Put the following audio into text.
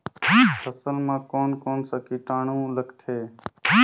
फसल मा कोन कोन सा कीटाणु लगथे?